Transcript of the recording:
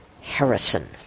Harrison